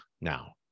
now